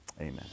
Amen